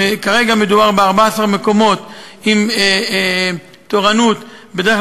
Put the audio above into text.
כרגע מדובר ב-14 מקומות עם תורנות בדרך כלל